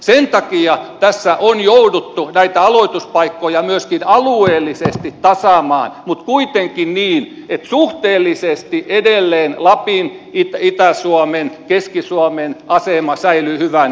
sen takia tässä on jouduttu näitä aloituspaikkoja myöskin alueellisesti tasaamaan mutta kuitenkin niin että suhteellisesti edelleen lapin itä suomen keski suomen asema säilyy hyvänä